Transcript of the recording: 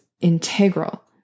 integral